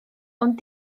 ond